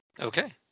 Okay